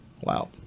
wow